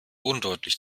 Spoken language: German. undeutlich